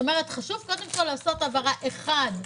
חשוב להבהיר אחת,